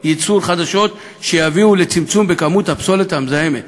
ייצור חדשות שיביאו לצמצום כמות הפסולת המזהמת.